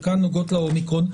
חלקן נוגעות ל-אומיקרון,